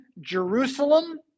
Jerusalem